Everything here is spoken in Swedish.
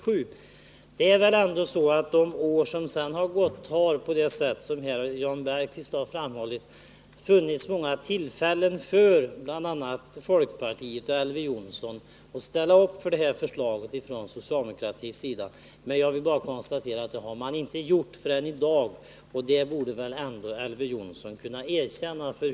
Det har väl ändå, såsom Jan Bergqvist har framhållit, under de år som gått sedan dess funnits många tillfällen för bl.a. folkpartiet och Elver Jonsson att ställa upp för det här förslaget från socialdemokratins sida. Jag vill bara konstatera att så inte har skett, förrän i dag — och det borde Elver Jonsson kunna erkänna.